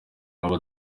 aba